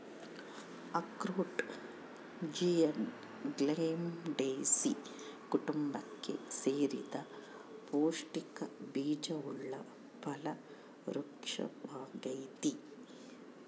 ಅಖ್ರೋಟ ಜ್ಯುಗ್ಲಂಡೇಸೀ ಕುಟುಂಬಕ್ಕೆ ಸೇರಿದ ಪೌಷ್ಟಿಕ ಬೀಜವುಳ್ಳ ಫಲ ವೃಕ್ಪವಾಗೈತಿ